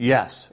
Yes